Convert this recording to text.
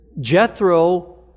Jethro